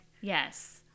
yes